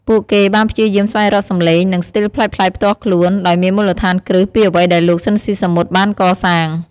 ពួកគេបានព្យាយាមស្វែងរកសំឡេង និងស្ទីលប្លែកៗផ្ទាល់ខ្លួន ដោយមានមូលដ្ឋានគ្រឹះពីអ្វីដែលលោក ស៊ីន ស៊ីសាមុត បានកសាង ។